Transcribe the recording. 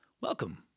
Welcome